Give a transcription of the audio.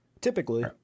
Typically